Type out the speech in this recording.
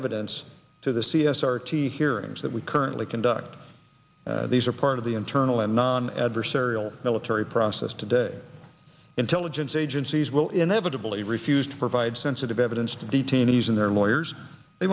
evidence to the c s r to hearings that we currently conduct these are part of the internal and non adversarial military process today intelligence agencies will inevitably refuse to provide sensitive evidence to detainees and their lawyers they